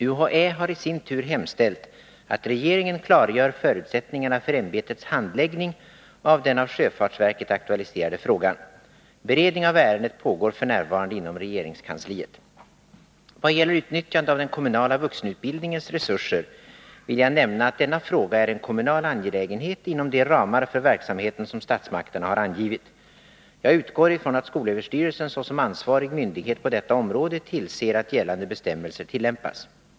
UHÄ har i sin tur hemställt att regeringen klargör förutsättningarna för ämbetets handläggning av den av sjöfartsverket aktualiserade frågan. Beredning av ärendet pågår f. n. inom regeringskansliet. Vad gäller utnyttjande av den kommunala vuxenutbildningens resurser vill jag nämna att denna fråga är en kommunal angelägenhet inom de ramar för verksamheten som statsmakterna har angivit. Jag utgår ifrån att skolöverstyrelsen såsom ansvarig myndighet på detta område tillser att gällande bestämmelser tillämpas.